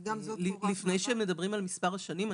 לפני שמדברים על מספר השנים,